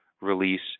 release